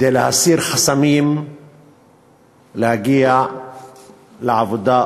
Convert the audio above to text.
כדי להסיר חסמים להגיע לעבודה,